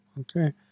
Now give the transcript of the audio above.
Okay